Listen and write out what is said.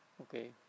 okay